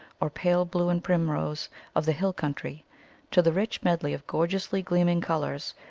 or pale-blue-and primrose of the hill-coimtry to the rich med ley of gorgeously gleaming colours,